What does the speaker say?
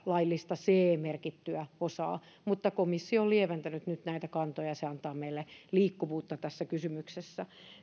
laillista ce merkittyä osaa mutta komissio on lieventänyt nyt näitä kantoja ja se antaa meille liikkuvuutta tässä kysymyksessä